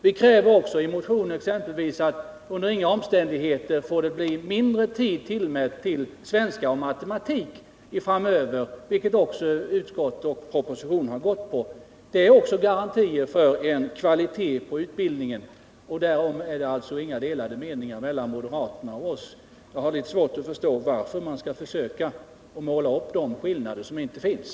Vi kräver också i motionen exempelvis att det under inga omständigheter får bli mindre tid tillmätt för svenska och matematik framöver, en linje som också propositionen och utskottet gått på. Detta är också garantier för kvalitet i utbildningen, som det alltså inte råder några delade meningar om mellan moderaterna och oss. Och jag har litet svårt att förstå varför man skall försöka måla upp de skillnader som inte finns.